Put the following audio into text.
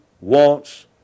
wants